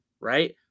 right